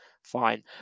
fine